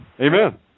Amen